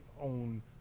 own